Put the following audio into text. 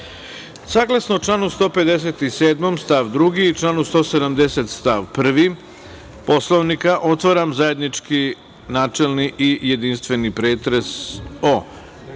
članu 157. stav 2. i članu 170. stav 1. Poslovnika, otvaram zajednički načelni i jedinstveni pretres o: